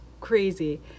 crazy